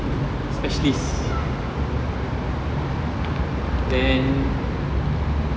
specialist then